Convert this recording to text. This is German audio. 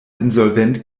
insolvent